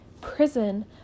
prison